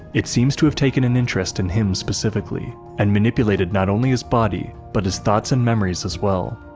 it seems to have taken an interest in him specifically, and manipulated not only his body, but his thoughts and memories as well.